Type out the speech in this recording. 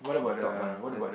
the top one the